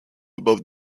above